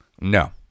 No